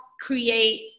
create